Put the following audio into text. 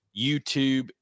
YouTube